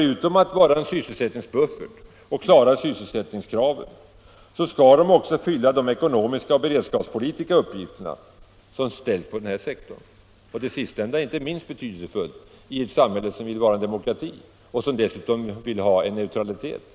Utom att vara sysselsättningsbuffert och motsvara Sysselsättningskravet skall de nämligen också fylla de ekonomiska och beredskapspolitiska uppgifter som ställs på denna sektor. Det sistnämnda är inte minst betydelsefullt i ett samhälle som vill vara en demokrati och som dessutom vill bevara sin neutralitet.